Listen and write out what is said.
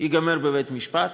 ייגמר בבית-משפט,